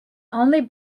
only